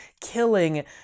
killing